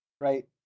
right